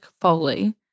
Foley